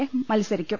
A മത്സരിക്കും